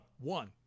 One